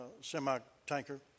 semi-tanker